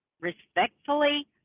respectfully